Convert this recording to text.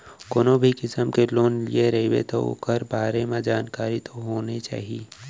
कोनो भी किसम के लोन लिये रबे तौ ओकर बारे म जानकारी तो होने चाही